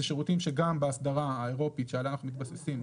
אלה שירותים שגם באסדרה האירופית שעליה אנחנו מתבססים,